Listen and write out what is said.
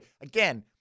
again